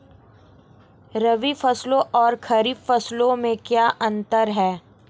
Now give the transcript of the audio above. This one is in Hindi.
रबी फसलों और खरीफ फसलों में क्या अंतर है?